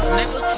nigga